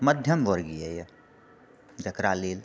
मध्यम वर्गीय यऽजेकरा लेल